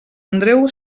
andreu